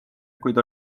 kuid